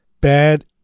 bad